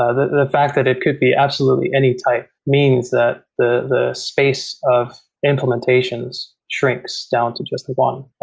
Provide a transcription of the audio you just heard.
ah the the fact that it could be absolutely any type means that the the space of implementations shrinks down to just one,